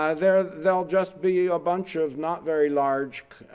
ah there'll there'll just be a bunch of not very large